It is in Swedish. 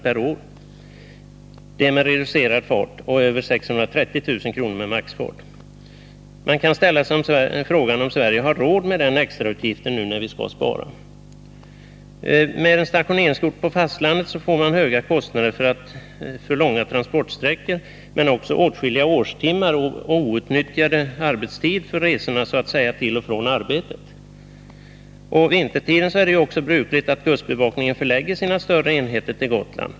per år med reducerad fart och över 630 000 kr. med maxfart. Man kan fråga sig: Har Sverige råd med den extrautgiften nu när vi skall spara? Med en stationeringsort på fastlandet får man höga kostnader för långa transportsträckor men också åtskilliga årstimmar av outnyttjad arbetstid för resorna så att säga till och från arbetet. Vintertid är det brukligt att kustbevakningen förlägger sina större enheter till Gotland.